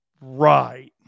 Right